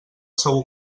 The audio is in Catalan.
segur